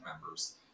members